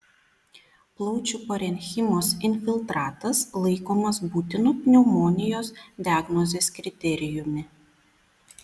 plaučių parenchimos infiltratas laikomas būtinu pneumonijos diagnozės kriterijumi